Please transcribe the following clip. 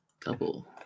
double